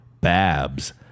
Babs